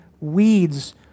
Weeds